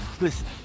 Listen